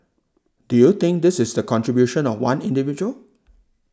do you think this is the contribution of one individual